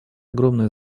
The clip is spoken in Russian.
огромное